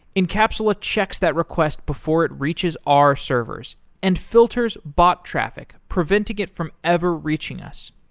encapsula checks that request before it reaches our servers and filters bot traffic preventing it from ever reaching us.